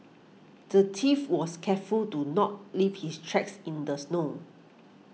the thief was careful to not leave his tracks in the snow